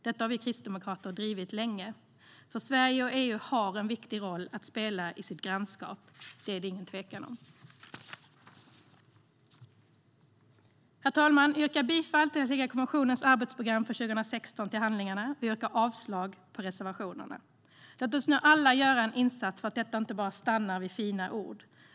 Detta har vi kristdemokrater drivit länge, för Sverige och EU har en viktig roll att spela i sitt grannskap; det råder det inget tvivel om. Låt oss nu alla göra en insats för att detta inte ska stanna vid fina ord!